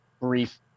brief